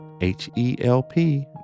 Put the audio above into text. H-E-L-P